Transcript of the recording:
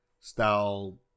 style